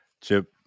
Chip